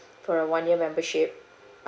for a one year membership